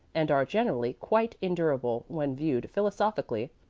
and are generally quite endurable when viewed philosophically.